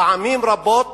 פעמים רבות